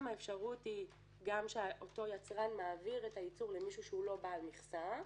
האפשרות היא שאותו יצרן מעביר את הייצור למישהו שהוא לא בעל מכסה,